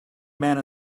man